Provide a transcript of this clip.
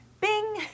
Bing